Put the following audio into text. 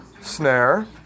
snare